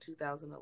2011